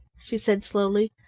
she said slowly,